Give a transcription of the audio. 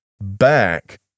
back